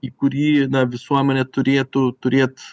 į kurį visuomenė turėtų turėt